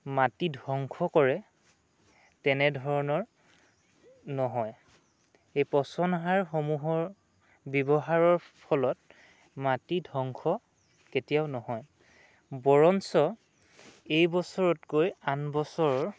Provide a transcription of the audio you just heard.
মাটি ধ্বংস কৰে তেনেধৰণৰ নহয় এই পচন সাৰসমূহৰ ব্যৱহাৰৰ ফলত মাটি ধ্বংস কেতিয়াও নহয় বৰঞ্চ এইবছৰতকৈ আন বছৰ